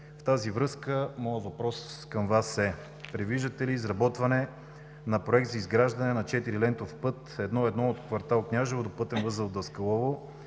В тази връзка моят въпрос към Вас е: предвиждате ли изработване на проект за изграждане на четирилентов път I-1 от кв. „Княжево“ до пътен възел „Даскалово“,